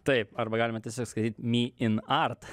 taip arba galima tiesiog skaityt me in art